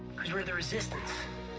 cause we're the resistance.